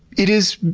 it is